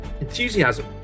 enthusiasm